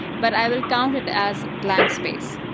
but i will count it as blank space.